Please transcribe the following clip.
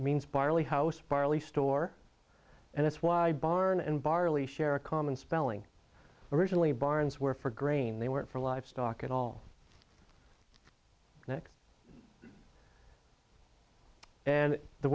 means barley house barley store and that's why barn and barley share a common spelling originally barns were for grain they weren't for livestock at all nick and the